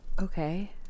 Okay